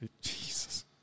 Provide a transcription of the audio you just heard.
Jesus